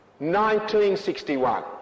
1961